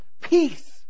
Peace